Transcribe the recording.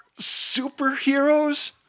superheroes